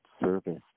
service